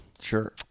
sure